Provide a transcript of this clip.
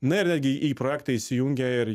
na ir netgi į projektą įsijungė ir